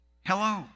hello